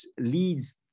leads